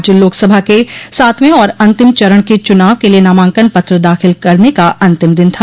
आज लोकसभा के सातवें और अंतिम चरण के चुनाव के लिए नामांकन पत्र दाखिल करने का अंतिम दिन था